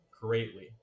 greatly